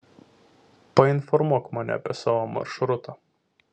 painformuok mane apie savo maršrutą